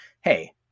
hey